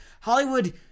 Hollywood